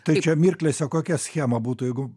tai čia mirklėse kokia schema būtų jeigu